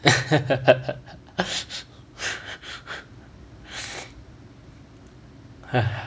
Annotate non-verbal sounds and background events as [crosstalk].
[laughs] !hais!